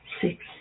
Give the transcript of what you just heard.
six